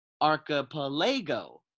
archipelago